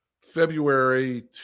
February